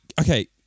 Okay